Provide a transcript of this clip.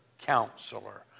counselor